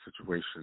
situation